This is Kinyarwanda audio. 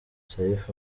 saif